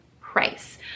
price